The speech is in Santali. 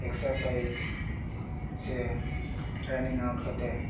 ᱮᱠᱥᱟᱥᱟᱭᱤᱡᱽ ᱥᱮ ᱨᱟᱱᱤᱝ ᱟᱣᱩᱴ ᱠᱟᱛᱮᱜ